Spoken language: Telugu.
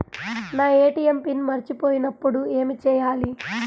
నా ఏ.టీ.ఎం పిన్ మరచిపోయినప్పుడు ఏమి చేయాలి?